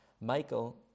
Michael